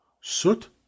soot